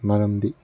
ꯃꯔꯝꯗꯤ